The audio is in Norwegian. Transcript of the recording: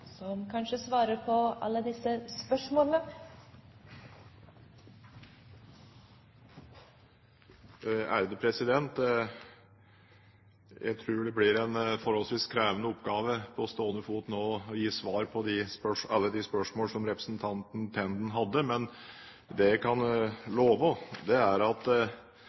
som kanskje svarer på alle disse spørsmålene. Jeg tror det blir en forholdsvis krevende oppgave å på stående fot nå gi svar på alle de spørsmål som representanten Tenden hadde. Men det jeg kan love, er at dersom den omleggingen vi nå gjør, fører til det vi kaller for utilsiktede virkninger, er